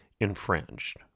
infringed